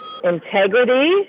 Integrity